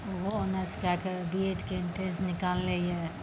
ओहो ऑनर्स कए कऽ बीएड के इन्ट्रेंस निकालने यऽ